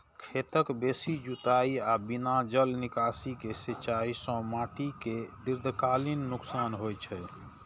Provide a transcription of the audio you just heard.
खेतक बेसी जुताइ आ बिना जल निकासी के सिंचाइ सं माटि कें दीर्घकालीन नुकसान होइ छै